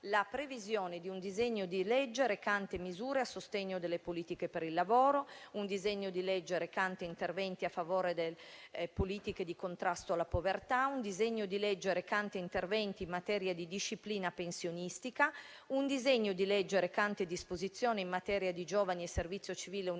la previsione di un disegno di legge recante misure a sostegno delle politiche per il lavoro, di un disegno di legge recante interventi a favore delle politiche di contrasto alla povertà, di un disegno di legge recante interventi in materia di disciplina pensionistica, di un disegno di legge recante disposizioni in materia di giovani e servizio civile universale